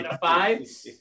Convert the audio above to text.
five